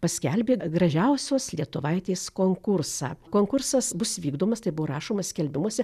paskelbė gražiausios lietuvaitės konkursą konkursas bus vykdomas tai buvo rašoma skelbimuose